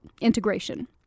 integration